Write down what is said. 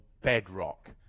bedrock